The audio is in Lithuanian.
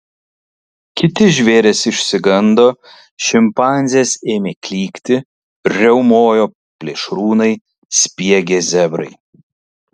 kiti žvėrys išsigando šimpanzės ėmė klykti riaumojo plėšrūnai spiegė zebrai